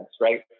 right